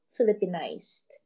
Filipinized